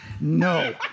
No